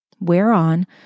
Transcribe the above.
Whereon